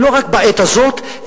ולא רק בעת הזאת,